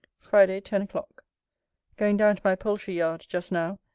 friday, ten o'clock going down to my poultry-yard, just now,